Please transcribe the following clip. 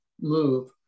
move